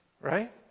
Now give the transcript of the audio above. right